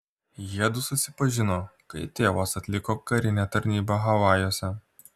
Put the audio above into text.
jiedu susipažino kai tėvas atliko karinę tarnybą havajuose